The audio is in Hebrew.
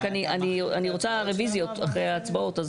רק, אני רוצה רביזיות אחרי ההצבעות.